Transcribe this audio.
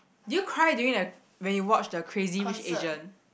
do you cry during the when you watch the Crazy-Rich-Asians